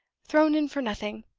thrown in for nothing.